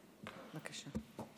בבקשה.